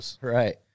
Right